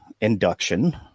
induction